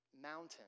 mountain